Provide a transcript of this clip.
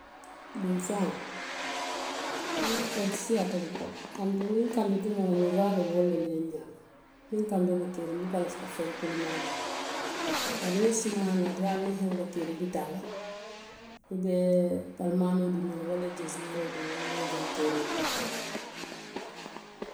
Dunfeŋolu huŋ, wolu siyaata le ko kaatu niŋ kandi tumoo loŋ ñiŋ waaloolu wolu le ka n ñaabo niŋ kandoo be keeriŋ, n buka lafi ka feŋ kulimaa duŋ, bari niŋ sumuyaa naata i ye a loŋ niŋ hewoo be keeriŋ i bi taa la, i be palimaanoo duŋ na le, walla i ye jeesiñeeroo duŋ walla i ye wankeeroo duŋ.